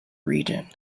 region